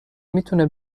میتونه